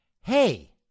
hey